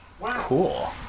Cool